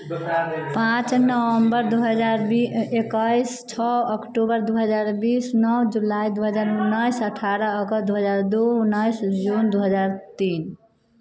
पांँच नवंबर दू हजार बीस एकैस छओ अक्टूबर दू हजार बीस नओ जुलाइ दू हजार उन्नैस अठारह अगस्त दू हजार दू उन्नैस जून दू हजार तीन